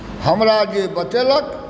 हमरा जे बतेलक